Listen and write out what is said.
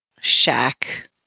shack